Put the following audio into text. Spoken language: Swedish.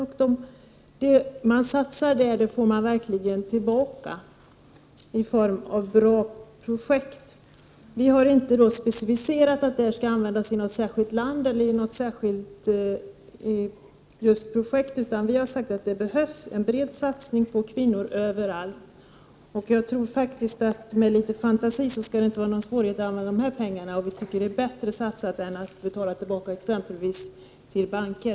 Man får verkligen tillbaka de satsningar som görs för att stödja kvinnorna, bl.a. i form av bra projekt. Vi har inte specificerat att det här skall användas i något särskilt land eller till något särskilt projekt. Vi har i stället sagt att det överallt behövs en bred satsning på kvinnor. Jag tror att med litet fantasi skall det inte vara några svårigheter att använda dessa pengar. Vi tycker att det är bättre att satsa än att exempelvis betala tillbaka till banker.